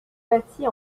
bâtie